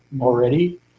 already